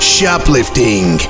Shoplifting